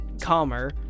calmer